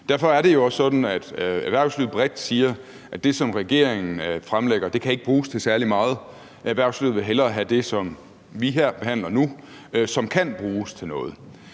Derfor er det jo også sådan, at erhvervslivet bredt siger, at det, som regeringen fremlægger, ikke kan bruges til særlig meget. Erhvervslivet vil hellere have det, som vi behandler nu her, og som kan bruges til noget.